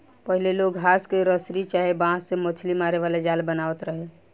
पहिले लोग घास के रसरी चाहे बांस से मछरी मारे वाला जाल बनावत रहले